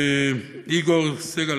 איגור סגל,